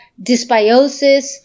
dysbiosis